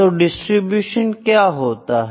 तो डिस्ट्रीब्यूशन क्या होता है